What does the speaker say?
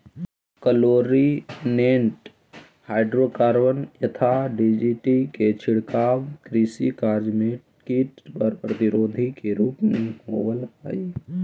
chlorinated hydrocarbon यथा DDT के छिड़काव कृषि कार्य में कीट प्रतिरोधी के रूप में होवऽ हई